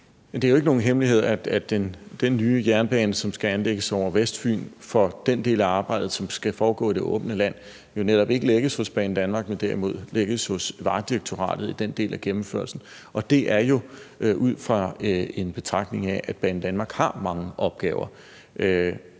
er jo ikke nogen hemmelighed, med hensyn til den nye jernbane, som skal anlægges over Vestfyn, at det for den del af arbejdet, som skal foregå i det åbne land, jo netop ikke lægges hos Banedanmark, men at den del af gennemførelsen derimod lægges hos Vejdirektoratet. Og det er jo ud fra en betragtning om, at Banedanmark har mange opgaver.